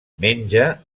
menja